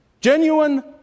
Genuine